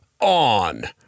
on